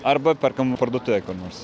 arba perkam parduotuvėje kur nors